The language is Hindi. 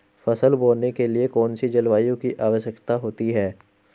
फसल बोने के लिए कौन सी जलवायु की आवश्यकता होती है?